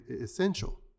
essential